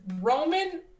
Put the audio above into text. Roman